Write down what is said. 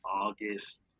August